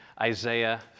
Isaiah